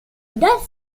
death